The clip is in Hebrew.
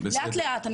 לאט לאט,